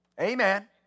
Amen